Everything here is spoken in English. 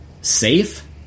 safe